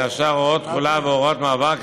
בין השאר הוראות תחולה והוראות מעבר,